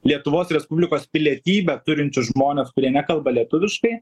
lietuvos respublikos pilietybę turinčius žmones kurie nekalba lietuviškai